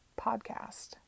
PODCAST